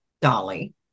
Dolly